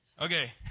Okay